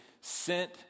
sent